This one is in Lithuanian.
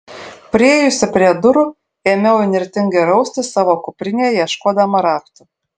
priėjusi prie durų ėmiau įnirtingai raustis savo kuprinėje ieškodama raktų